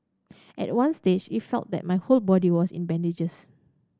at one stage it felt like my whole body was in bandages